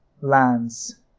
lands